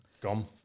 Gone